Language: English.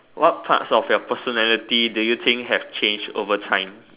what part of your personality do you think have change over time